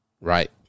right